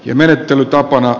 menettelytapana